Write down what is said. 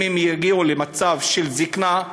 אם הם יגיעו למצב של זיקנה,